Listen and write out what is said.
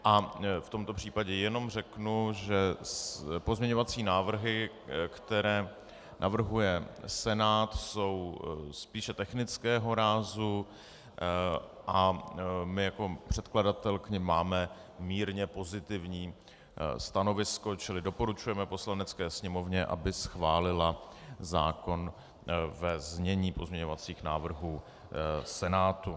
V tomto případě jenom řeknu, že pozměňovací návrhy, které navrhuje Senát, jsou spíše technického rázu a my jako předkladatel k nim máme mírně pozitivní stanovisko, čili doporučujeme Poslanecké sněmovně, aby schválila zákon ve znění pozměňovacích návrhů Senátu.